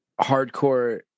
hardcore